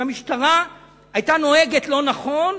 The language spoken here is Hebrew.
אם המשטרה היתה נוהגת לא נכון,